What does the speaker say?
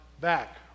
back